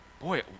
boy